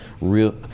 real